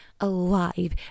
alive